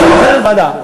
ועדה.